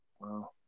Wow